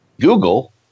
Google